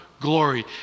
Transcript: glory